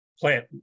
plant